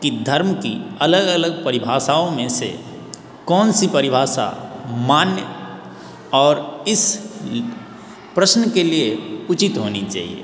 कि धर्म की अलग अलग परिभाषाओं में से कौन सी परिभाषा मान्य और इस प्रश्न के लिए उचित होनी चाहिए